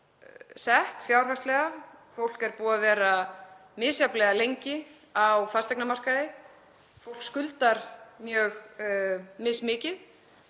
sett fjárhagslega. Fólk er búið að vera misjafnlega lengi á fasteignamarkaði. Fólk skuldar mjög mismikið.